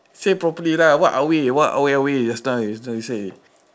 say properly lah what are we what are we just now you say